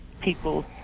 people